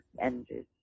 ended